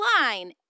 line